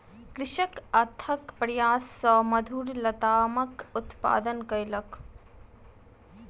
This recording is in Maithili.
कृषक अथक प्रयास सॅ मधुर लतामक उत्पादन कयलक